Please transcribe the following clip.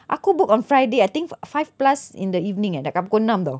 aku book on friday I think five plus in the evening eh nak dekat pukul enam [tau]